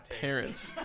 parents